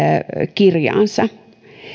kirjaansa